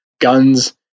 guns